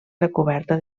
recoberta